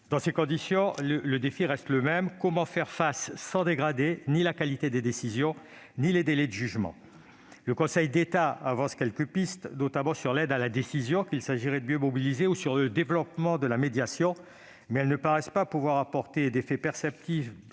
Dans ces conditions, le défi reste le même : comment faire face, sans dégrader ni la qualité des décisions ni les délais de jugement ? Le Conseil d'État avance quelques pistes, notamment sur l'aide à la décision qu'il s'agirait de mieux mobiliser ou sur le développement de la médiation. Ces pistes ne semblent toutefois pas en mesure